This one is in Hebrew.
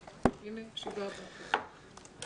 09:30.